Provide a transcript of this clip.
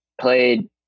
played